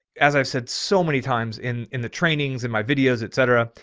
as i've said so many times in in the trainings and my videos, et cetera,